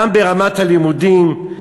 גם ברמת הלימודים,